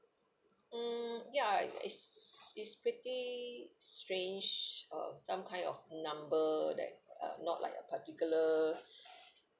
mm ya it's it's pretty strange uh some kind of number that uh not like a particular